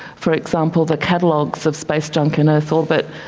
for example, the catalogues of space junk in earth orbit,